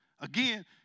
again